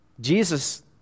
Jesus